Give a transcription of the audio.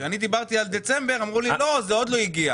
כשאני דברתי על דצמבר, אמרו לי שזה עוד לא הגיע.